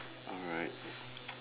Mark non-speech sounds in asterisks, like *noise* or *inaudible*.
alright *breath*